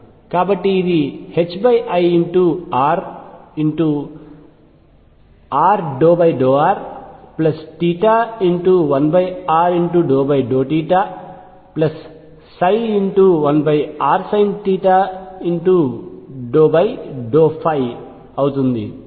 కాబట్టి ఇదిi rr×r∂r1r∂θ1rsinθ∂ϕ అవుతుంది